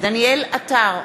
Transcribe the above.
דניאל עטר,